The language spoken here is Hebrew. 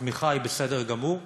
הצמיחה בסדר גמור.